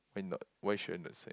why not why should I not sign up